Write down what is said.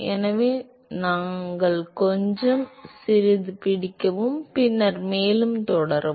எனவே நாம் கொஞ்சம் நாம் கொஞ்சம் சிறிது பிடிக்கவும் பின்னர் மேலும் தொடரவும்